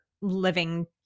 living –